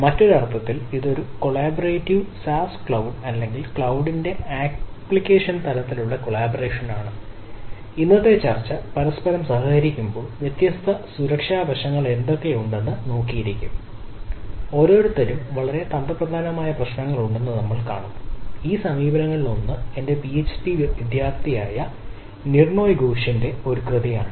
മറ്റൊരു അർത്ഥത്തിൽ ഇത് ഒരു കൊളാബറേറ്റീവ് വിദ്യാർത്ഥി ആയ നിർനോയ് ഘോഷിന്റെ ഒരു കൃതിയാണ്